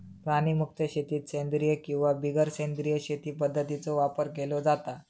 प्राणीमुक्त शेतीत सेंद्रिय किंवा बिगर सेंद्रिय शेती पध्दतींचो वापर केलो जाता